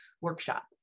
workshop